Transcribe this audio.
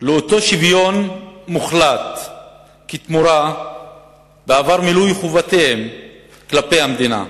לאותו שוויון מוחלט כתמורה בעבור מילוי חובותיהם כלפי המדינה.